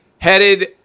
headed